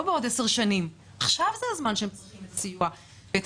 לא בעוד עשר שנים אלא עכשיו זה הזמן שהן צריכות את הסיוע ואת